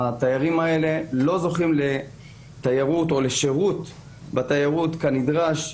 התיירים האלה לא זוכים לתיירות או לשירות בתיירות כנדרש.